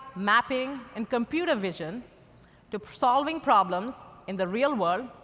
mapping, and computer vision to solving problems in the real world,